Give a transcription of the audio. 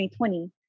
2020